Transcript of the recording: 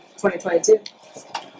2022